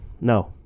No